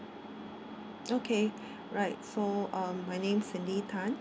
okay right so um my name cindy tan